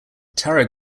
tarot